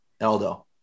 eldo